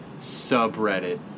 subreddit